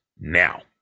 now